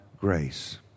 grace